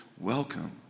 welcome